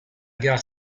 gare